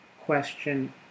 question